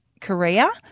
Korea